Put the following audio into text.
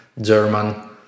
German